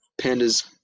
pandas